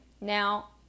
now